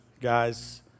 guys